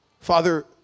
Father